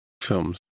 films